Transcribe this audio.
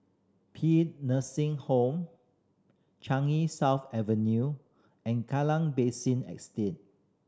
Paean Nursing Home Changi South Avenue and Kallang Basin Estate